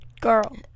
girl